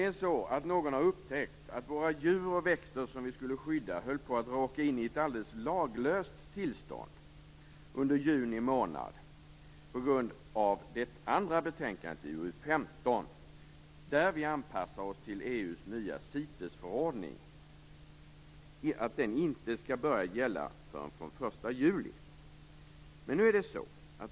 Någon har upptäckt att våra djur och växter som vi skall skydda höll på att råka in i ett laglöst tillstånd under juni månad på grund av det andra betänkandet, CITES-förordning, men som inte skall gälla förrän från den 1 juli.